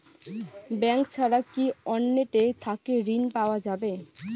Bank ছাড়া কি অন্য টে থাকি ঋণ পাওয়া যাবে?